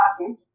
package